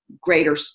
greater